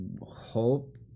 hope